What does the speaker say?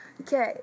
okay